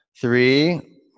Three